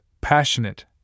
passionate